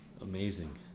Amazing